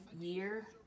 year